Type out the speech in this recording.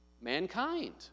mankind